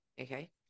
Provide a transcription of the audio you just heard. Okay